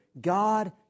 God